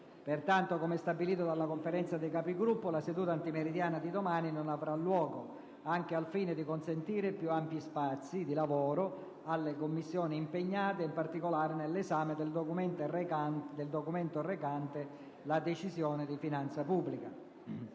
Pertanto, come stabilito della Conferenza dei Capigruppo, la seduta antimeridiana di domani non avrà luogo, anche al fine di consentire più ampi spazi di lavoro alle Commissioni, impegnate in particolare nell'esame del documento recante la Decisione di finanza pubblica.